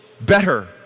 better